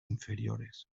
inferiores